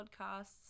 Podcasts